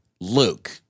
Luke